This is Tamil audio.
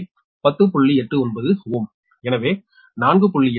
89 Ω எனவே 4